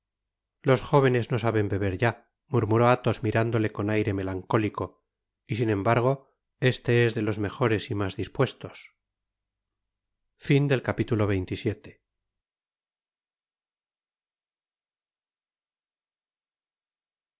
los jóvenes no saben beber ya murmuró athos mirándole con aire melancólico y sin embargo este es el de los mejores y mas dispuestos